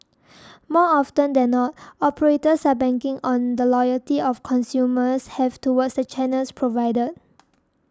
more often than not operators are banking on the loyalty of consumers have towards the channels provided